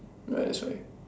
ya that's why